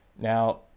Now